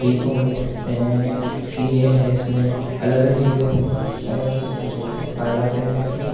be Com دیکھ سکتے ہیں ہیں سی اے ہے اس میں الگ الگ چیزیں بہت الگ الگ طرح کے کورسز پائے جاتے ہیں اس میں